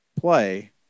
play